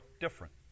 different